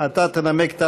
אפס מתנגדים או נמנעים.